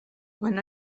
quan